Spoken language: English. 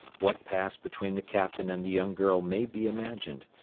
what passed between the captain and the young girl may be imagined,